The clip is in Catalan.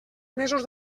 mesos